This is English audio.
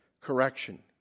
correction